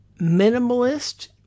minimalist